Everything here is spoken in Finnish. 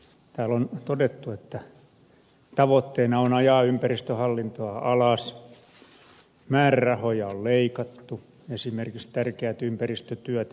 täällä on todettu että tavoitteena on ajaa ympäristöhallintoa alas määrärahoja on leikattu esimerkiksi tärkeistä ympäristötöistä